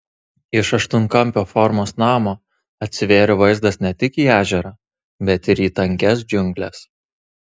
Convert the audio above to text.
iš aštuonkampio formos namo atsivėrė vaizdas ne tik į ežerą bet ir į tankias džiungles